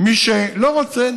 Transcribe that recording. מי שלא רוצה,